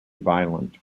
violent